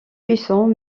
puissants